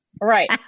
Right